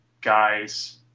guys